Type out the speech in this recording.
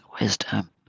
wisdom